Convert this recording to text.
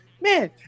Man